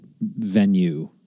venue